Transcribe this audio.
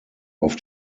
auf